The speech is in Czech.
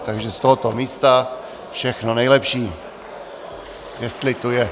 Takže z tohoto místa všechno nejlepší, jestli tu je.